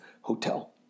Hotel